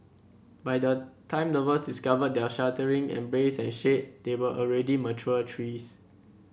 by the time lover discovered their sheltering embrace and shade they were already mature trees